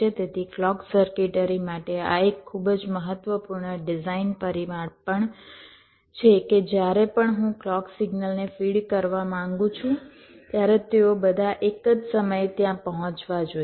તેથી clock circuitry માટે આ એક ખૂબ જ મહત્વપૂર્ણ ડિઝાઇન પરિમાણ પણ છે કે જ્યારે પણ હું ક્લૉક સિગ્નલને ફીડ કરવા માંગું છું ત્યારે તેઓ બધા એક જ સમયે ત્યાં પહોંચવા જોઈએ